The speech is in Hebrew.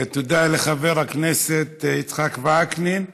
תודה לחבר הכנסת יצחק וקנין.